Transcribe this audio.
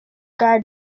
bwa